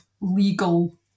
legal